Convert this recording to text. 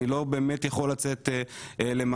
אני לא באמת יכול לצאת למאבק,